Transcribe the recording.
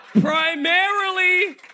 Primarily